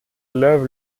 lave